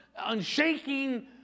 unshaking